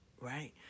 right